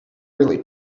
really